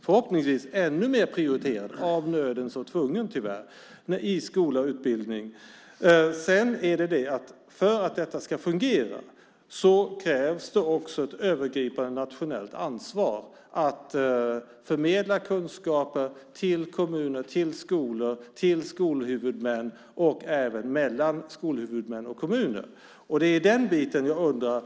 Förhoppningsvis kommer de att vara ännu mer prioriterade - av nöden så tvunget, tyvärr - i skola och utbildning. För att detta ska fungera krävs också ett övergripande nationellt ansvar för att förmedla kunskaper till kommuner, till skolor, till skolhuvudmän och även mellan skolhuvudmän och kommuner. Det är den biten jag undrar om.